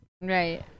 Right